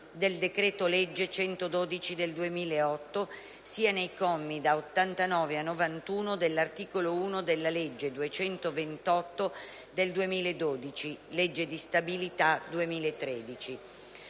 del decreto-legge n. 112 del 2008 sia nei commi da 89 a 91 dell'articolo 1 della legge n. 228 del 2012 (legge di stabilità 2013);